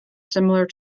similar